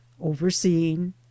overseeing